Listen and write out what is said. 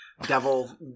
Devil